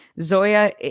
Zoya